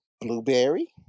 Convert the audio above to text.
blueberry